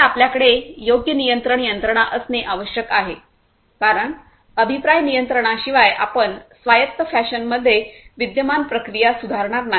तर आपल्याकडे योग्य नियंत्रण यंत्रणा असणे आवश्यक आहे कारण अभिप्राय नियंत्रणाशिवाय आपण स्वायत्त फॅशनमध्ये विद्यमान प्रक्रिया सुधारणार नाही